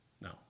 No